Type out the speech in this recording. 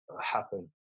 happen